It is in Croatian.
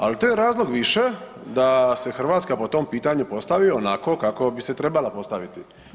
Ali to je razlog više da se Hrvatska po tom pitanju postavi onako kako bi se trebala postaviti.